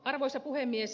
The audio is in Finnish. arvoisa puhemies